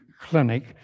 Clinic